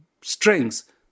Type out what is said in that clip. strings